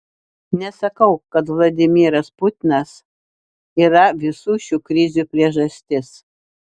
nesakau kad vladimiras putinas yra visų šių krizių priežastis